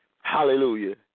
hallelujah